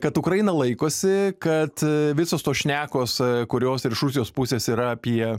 kad ukraina laikosi kad visos tos šnekos kurios ir iš rusijos pusės yra apie